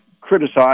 criticize